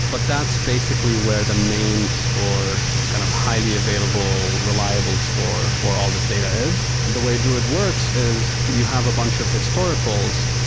but that's basically where the main store kind of highly available, reliable store for all this data is. the way druid works is you have a bunch of historicals.